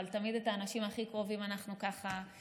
אבל תמיד את האנשים הכי קרובים אנחנו מפספסים,